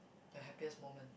your happiest moment